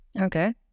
Okay